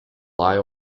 lie